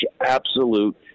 absolute